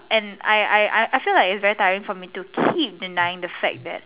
and I I feel like it's very tiring to keep denying the fact that